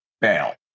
bail